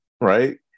Right